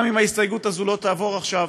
גם אם ההסתייגות לא תעבור עכשיו,